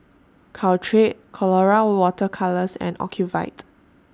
Caltrate Colora Water Colours and Ocuvite